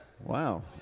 Wow